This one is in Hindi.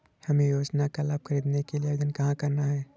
हमें योजना का लाभ ख़रीदने के लिए आवेदन कहाँ करना है?